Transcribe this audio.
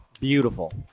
beautiful